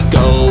go